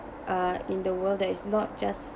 uh in the world that it's not just